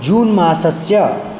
जून्मासस्य